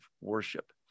worship